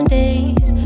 days